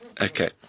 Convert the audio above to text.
Okay